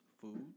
Food